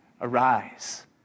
Arise